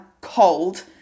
cold